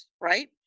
right